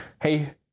hey